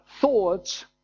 thoughts